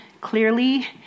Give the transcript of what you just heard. clearly